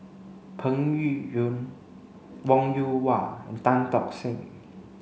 Peng Yuyun Wong Yoon Wah and Tan Tock Seng